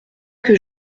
que